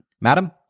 Madam